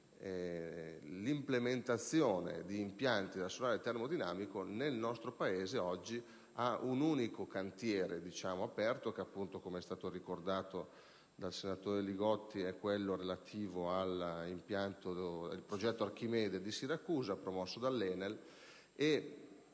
l'implementazione di impianti a solare termodinamico nel nostro Paese oggi c'è un unico cantiere aperto, quello relativo - come è stato ricordato dal senatore Li Gotti - al progetto Archimede di Siracusa, promosso dall'ENEL.